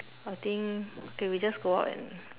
I think okay we just go out and